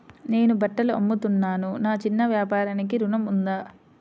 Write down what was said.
నేను బట్టలు అమ్ముతున్నాను, నా చిన్న వ్యాపారానికి ఋణం ఉందా?